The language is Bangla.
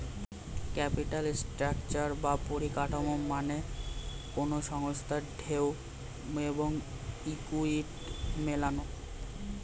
ক্যাপিটাল স্ট্রাকচার বা পরিকাঠামো মানে কোনো সংস্থার ডেট এবং ইকুইটি মেলানো